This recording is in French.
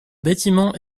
bâtiment